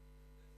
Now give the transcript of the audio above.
אורלב.